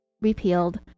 repealed